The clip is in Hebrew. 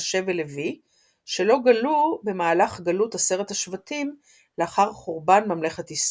מנשה ולוי שלא גלו במהלך גלות עשרת השבטים לאחר חורבן ממלכת ישראל.